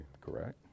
Correct